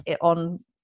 on